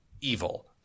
evil